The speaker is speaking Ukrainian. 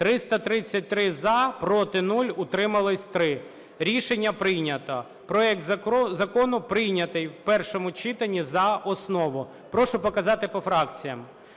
За-333 Проти – 0. Утримались – 3. Рішення прийнято. Проект закону прийнятий в першому читанні за основу. Прошу показати по фракціях: